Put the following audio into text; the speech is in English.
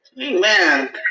Amen